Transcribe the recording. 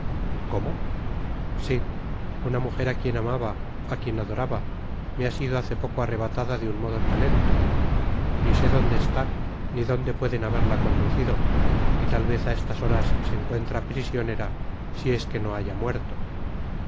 si una mujer á quien amaba á quien adoraba me ha sido hace poco arrebatada de un modo violento ni sé donde está ni donde pueden haberla conducido y tal vez á estas horas se encuentra prisionera si es que no haya muerto